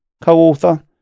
co-author